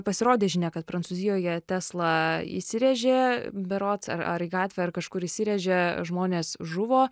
pasirodė žinia kad prancūzijoje tesla įsirėžė berods ar ar į gatvę ar kažkur įsirėžė žmonės žuvo